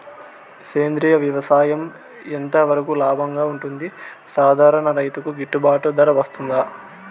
సేంద్రియ వ్యవసాయం ఎంత వరకు లాభంగా ఉంటుంది, సాధారణ రైతుకు గిట్టుబాటు ధర వస్తుందా?